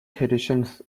traditions